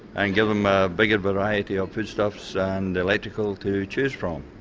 and give them a bigger variety of foodstuffs and electrical, to choose from.